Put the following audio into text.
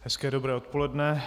Hezké dobré odpoledne.